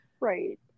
right